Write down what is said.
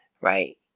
right